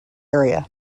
area